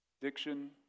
Diction